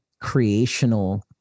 creational